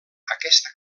aquesta